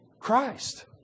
Christ